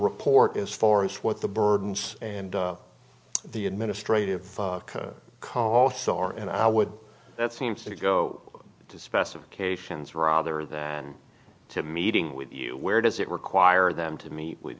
report as far as what the burdens and the administrative costs are and i would that seems to go to specifications rather than to meeting with you where does it require them to meet with